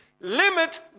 limit